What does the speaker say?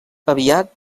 aviat